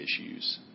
issues